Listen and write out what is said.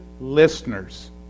listeners